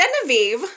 Genevieve